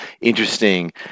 interesting